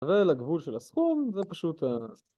ולגבול של הסכום זה פשוט, אההה